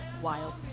Wild